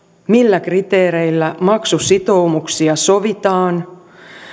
millä kriteereillä maksusitoumuksia sovitaan